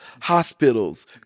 hospitals